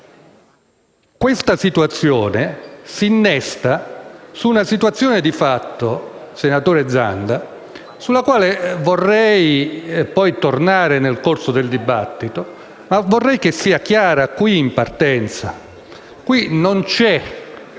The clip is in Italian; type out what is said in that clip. Questa dinamica si innesta su una situazione di fatto, senatore Zanda, sulla quale vorrei poi tornare nel corso del dibattito, ma che vorrei fosse chiara già in partenza: qui non è